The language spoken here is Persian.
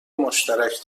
مشترک